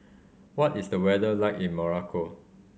what is the weather like in Morocco